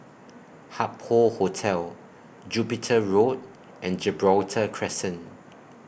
Hup Hoe Hotel Jupiter Road and Gibraltar Crescent